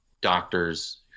doctors